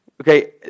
Okay